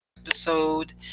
episode